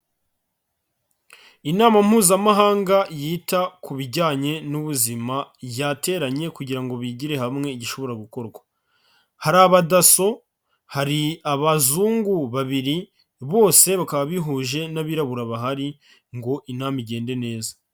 Inama Mpuzamahanga yita ku bijyanye n'ubuzima yateranye kugira ngo bigire hamwe igishobora gukorwa, hari abadaso, hari abazungu babiri, bose bakaba bihuje n'abirabura bahari ngo inama igende neza.